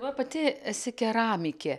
va pati esi keramikė